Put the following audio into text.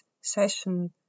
session